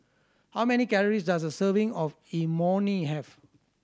how many calories does a serving of Imoni have